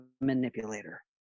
manipulator